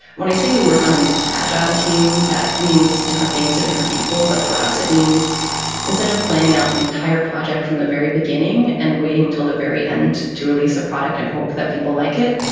when i say we work on an agile team, that means. things to different people, but for us, it means instead of planning out the entire project from the very beginning and waiting until the very end to release a product and hope that people like it.